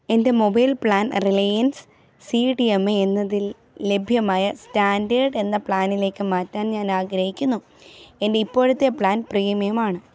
എൻ്റെ mobile plan Reliance C D M A എന്നതിൽ ലഭ്യമായ സ്റ്റാൻഡേർഡ് എന്ന പ്ലാനിലേക്ക് മാറ്റാൻ ഞാൻ ആഗ്രഹിക്കുന്നു എൻ്റെ ഇപ്പോഴത്തെ പ്ലാൻ പ്രീമിയം ആണ്